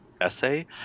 essay